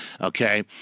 okay